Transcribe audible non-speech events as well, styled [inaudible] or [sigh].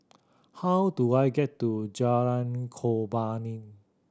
how do I get to Jalan Korban [unintelligible]